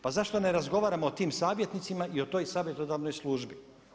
Pa zašto ne razgovaramo o tim savjetnicima i o toj savjetodavnoj službi?